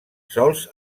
sols